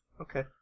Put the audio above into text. Okay